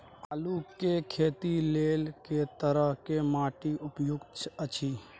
आलू के खेती लेल के तरह के माटी उपयुक्त अछि?